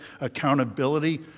accountability